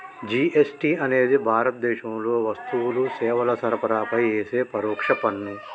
GST అనేది భారతదేశంలో వస్తువులు, సేవల సరఫరాపై యేసే పరోక్ష పన్ను